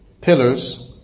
pillars